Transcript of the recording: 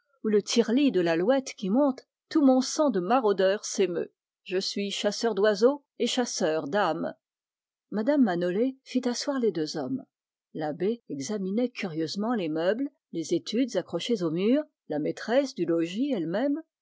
le tireli de l'alouette qui monte tout mon sang de maraudeur s'émeut je suis chasseur d'oiseaux et chasseur d'âmes mme manolé fit asseoir les deux hommes l'abbé examinait curieusement les meubles les études accrochées au mur la maîtresse du logis elle-même